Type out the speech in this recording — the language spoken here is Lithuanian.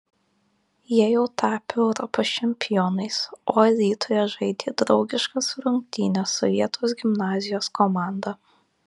jie jau tapę europos čempionais o alytuje žaidė draugiškas rungtynes su vietos gimnazijos komanda